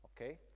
Okay